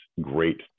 great